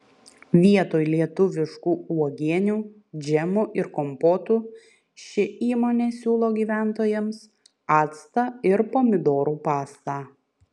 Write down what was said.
vietoj lietuviškų uogienių džemų ir kompotų ši įmonė siūlo gyventojams actą ir pomidorų pastą